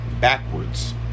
backwards